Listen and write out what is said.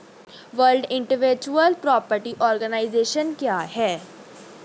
World intellectual property organisation क्या है?